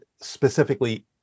specifically